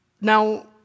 Now